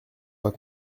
pas